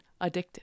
addictive